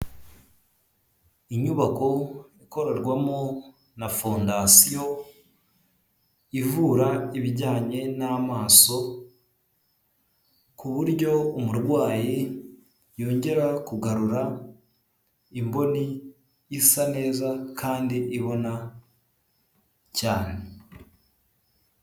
Inyubako ikorerwamo na fondasiyo ivura ibijyanye n'amaso, ku buryo umurwayi yongera kugarura imboni isa neza kandi ibona cyane.